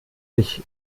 sich